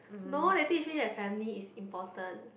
no they teach me that family is important